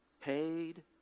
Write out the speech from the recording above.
Paid